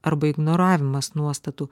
arba ignoravimas nuostatų